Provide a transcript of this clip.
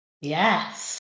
Yes